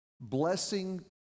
blessing